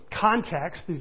context